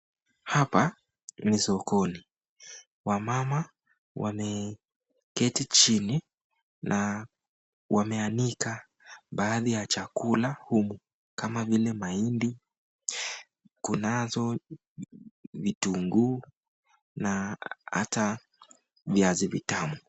Hapa ni sokoni. Wamama wameketi chini na wameanika badhi ya chakula humu kama vile mahindi, kunazo vitunguu na hata viazi vitamu.